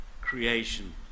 creation